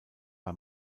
bei